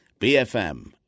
BFM